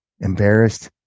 embarrassed